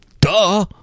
Duh